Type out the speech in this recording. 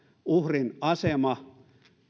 uhrin asema